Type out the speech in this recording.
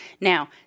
Now